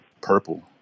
purple